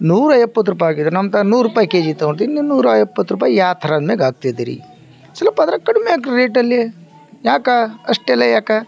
ನೂರ ಎಪ್ಪತ್ತು ರೂಪಾಯ್ ಆಗಿದ್ರೆ ನಮ್ತಾಗೆ ನೂರು ರೂಪಾಯ್ ಕೆಜಿಗೆ ತಗೊತಿವಿ ಇನ್ನು ನೂರ ಎಪ್ಪತ್ತು ರೂಪಾಯ್ ಯಾವ ಥರ ನನ್ಗೆ ಹಾಕ್ತಿದಿರಿ ಸ್ವಲ್ಪ ಅದ್ರಾಗೆ ಕಡಿಮೆ ಹಾಕಿ ರೇಟಲ್ಲಿ ಯಾಕೆ ಅಷ್ಟೆಲ್ಲ ಯಾಕೆ